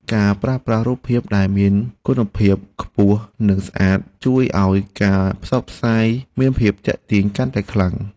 ការប្រើប្រាស់រូបភាពដែលមានគុណភាពខ្ពស់និងស្អាត ជួយឱ្យការផ្សព្វផ្សាយមានភាពទាក់ទាញកាន់តែខ្លាំង។